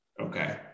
okay